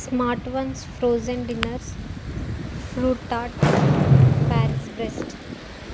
smart ones frozen dinners fruit tart Paris breast